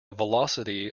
velocity